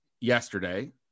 yesterday